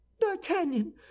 d'artagnan